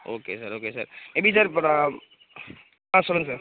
okay sir okay sir எப்படி sir இப்போ நான் ஆ சொல்லுங்கள் சார்